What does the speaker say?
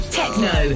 techno